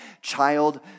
child